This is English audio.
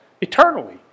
eternally